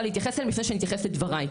להתייחס אליהן לפני שאני אתייחס לדבריי.